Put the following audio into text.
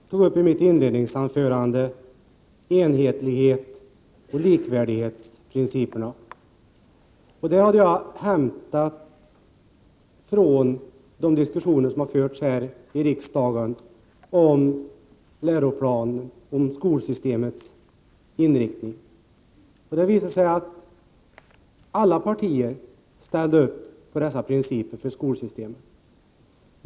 Herr talman! I mitt inledningsanförande tog jag upp enhetlighetsoch likvärdighetsprinciperna. Jag utgick från de diskussioner som förts här i riksdagen om läroplanerna och om skolsystemets inriktning. Det visade sig att alla partier hade ställt upp på dessa principer för skolsystemet.